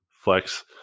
Flex